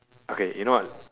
okay you know what